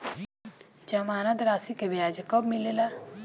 जमानद राशी के ब्याज कब मिले ला?